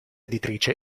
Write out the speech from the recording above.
editrice